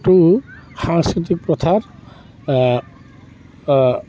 টো সাংস্কৃতিক প্ৰথাৰ